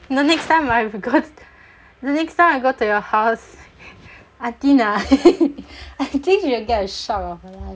no next time right if we go the next time I go to your house auntie na~ I think she will get a shock of her life